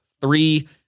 three